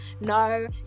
no